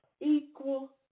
equal